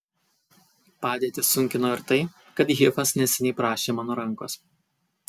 padėtį sunkino ir tai kad hifas neseniai prašė mano rankos